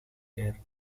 air